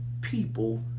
people